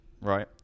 right